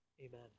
amen